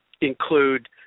include